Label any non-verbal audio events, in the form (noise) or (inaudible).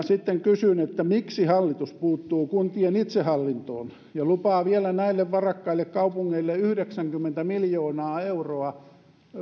(unintelligible) sitten kysyn miksi hallitus puuttuu kuntien itsehallintoon ja lupaa vielä näille varakkaille kaupungeille yhdeksänkymmentä miljoonaa euroa